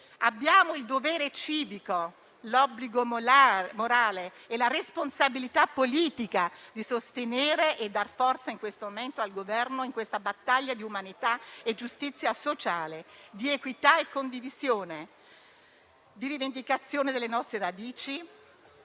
Abbiamo il dovere civico, l'obbligo morale e la responsabilità politica di sostenere e dar forza in questo momento al Governo in questa battaglia di umanità e giustizia sociale, di equità e condivisione, di rivendicazione delle nostre radici,